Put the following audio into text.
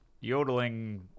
yodeling